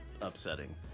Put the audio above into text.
upsetting